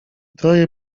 troje